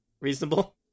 reasonable